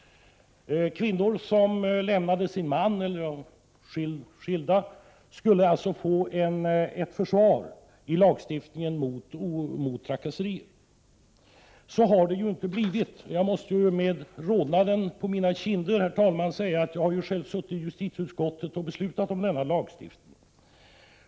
Kvinnor som lämnade sin man eller som redan var skilda skulle alltså i lagstiftningen få ett försvar mot trakasserier. Så har det inte blivit. Jag måste med rodnad på mina kinder säga att jag själv i justitieutskottet varit med om att besluta om denna lagstiftning.